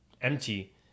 empty